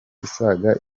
isaga